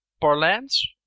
parlance